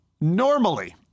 normally